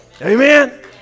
Amen